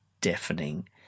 deafening